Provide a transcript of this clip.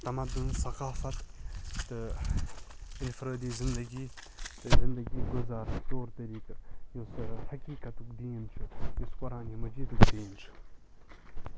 تَمَدُن ثَقافَت تہٕ اِنفرٲدی زِنٛدگی زِنٛدگی گُزٲرٕنۍ طور طٔریقہ یُس حقیقَتُک دیٖن چھُ یُس قرانِ مجیدُک دین چھُ